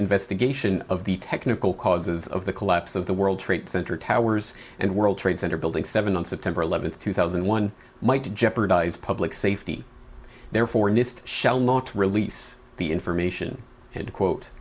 investigation of the technical causes of the collapse of the world trade center towers and world trade center building seven on september eleventh two thousand and one might jeopardize public safety therefore nist shall not release the information and quote